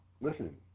listen